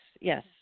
yes